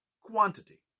quantity